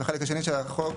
והחלק השני של החוק